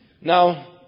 Now